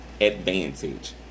advantage